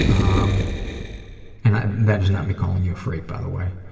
um and that is not me calling you a freak by the way.